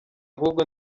ahubwo